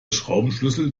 schraubenschlüssel